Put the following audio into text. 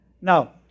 Now